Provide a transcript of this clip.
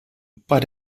bei